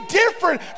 different